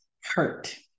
hurt